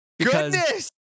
Goodness